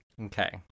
Okay